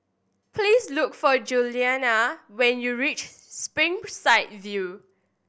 please look for Julianne when you reach Springside View